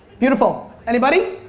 beautiful. anybody?